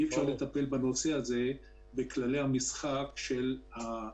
ואי אפשר לטפל בו בכללי המשחק המיושנים.